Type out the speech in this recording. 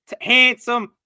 handsome